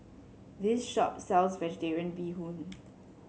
this shop sells vegetarian Bee Hoon